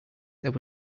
there